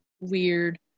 weird